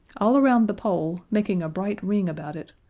all around the pole, making a bright ring about it,